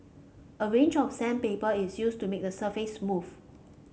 a range of sandpaper is used to make the surface smooth